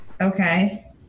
okay